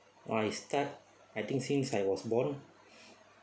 I start I think since I was born